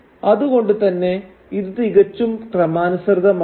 അതു കൊണ്ടുതന്നെ ഇത് തികച്ചും ക്രമാനുസൃതമാണ്